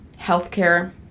healthcare